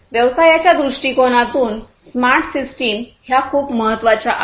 व्यवसायाच्या दृष्टीकोनातून smart system ह्या खूप महत्वाच्या आहेत